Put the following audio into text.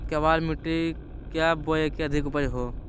केबाल मिट्टी क्या बोए की अधिक उपज हो?